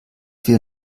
wir